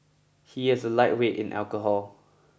he is a lightweight in alcohol